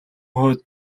хойд